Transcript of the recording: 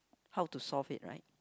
how to solve it right